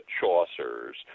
Chaucer's